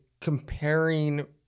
comparing